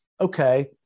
okay